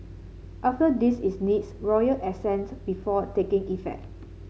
after this its needs royal assent before taking effect